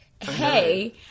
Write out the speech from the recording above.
hey